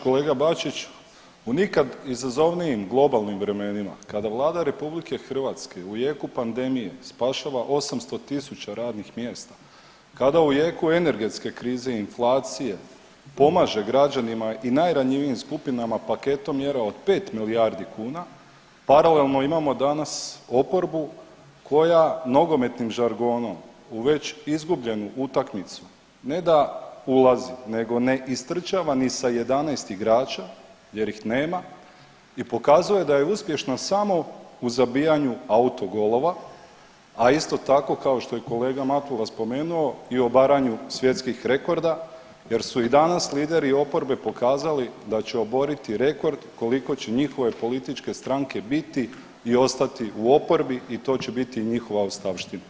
Kolega Bačić, u nikad izazovnijim globalnim vremenima kada Vlada RH u jeku pandemije spašava 800.000 radnih mjesta, kada u jeku energetske krize i inflacije pomaže građanima i najranjivijim skupinama paketom mjera od 5 milijardi kuna, paralelno imamo danas oporbu koja nogometnim žargonom u već izgubljenu utakmicu ne da ulazi nego ne istrčava ni sa 11 igrača jer ih nema i pokazuje da je uspješna samo u zabijanju autogolova, a isto tako kao što je kolega Matula spomenuo i obaranju svjetskih rekorda jer su i danas lideri oporbe pokazali da će oboriti rekord koliko će njihove političke stranke biti i ostati u oporbi i to će biti njihova ostavština.